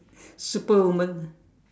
Superwoman